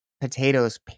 potatoes